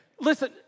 listen